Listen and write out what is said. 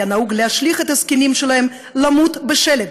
היה נהוג להשליך את הזקנים שלהם למות בשלג